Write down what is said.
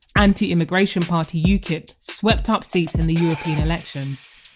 anti immigration party ukip swept up seats in the european elections,